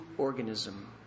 Organism